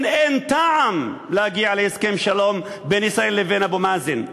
אין טעם להגיע להסכם שלום בין ישראל ובין אבו מאזן.